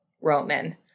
Roman